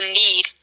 need